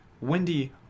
Wendy